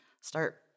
start